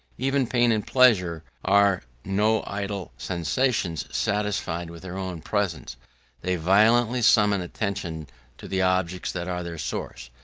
even pain and pleasure are no idle sensations, satisfied with their own presence they violently summon attention to the objects that are their source.